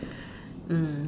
mm